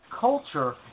culture